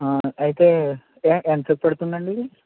అయితే ఎంత సేపు పడుతుందండి